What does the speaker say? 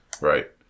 Right